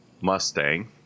Mustang